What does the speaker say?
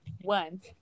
one